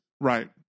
Right